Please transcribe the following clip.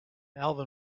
alvin